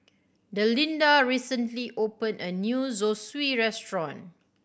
Delinda recently opened a new Zosui Restaurant